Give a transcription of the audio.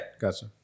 Gotcha